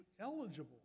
eligible